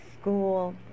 school